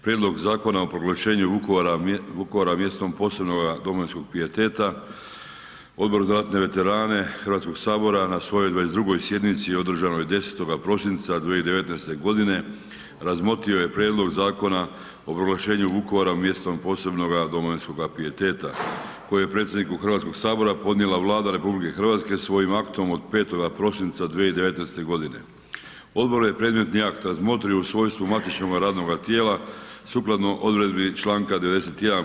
Prijedlog Zakona o proglašenju Vukovara mjestom posebnoga domovinskoga pijeteta, Odbor za ratne veterane HS-a na svojoj 22. sjednici održanoj 10. prosinca 2019. razmotrio je Prijedlog Zakona o proglašenju Vukovara mjestom posebnoga domovinskoga pijeteta koji je predsjedniku HS-a podnijela Vlada RH svojim aktom od 5. prosinca 2019. g. Odboru je predmetni akt razmotrio u svojstvu matičnoga radnoga tijela sukladno odredbi čl. 91.